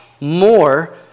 more